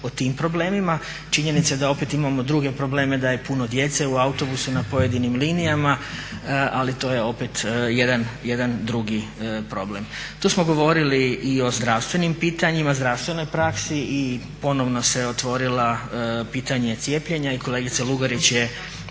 o tim problemima. Činjenica je da opet imamo druge probleme, da je puno djece u autobusu na pojedinim linijama, ali to je opet jedan drugi problem. Tu smo govorili i o zdravstvenim pitanjima, zdravstvenoj praksi i ponovno se otvorilo pitanje cijepljenja i kolegica Lugarić je